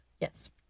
Yes